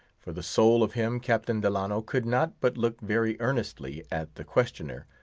for the soul of him captain delano could not but look very earnestly at the questioner,